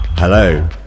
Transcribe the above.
Hello